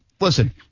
Listen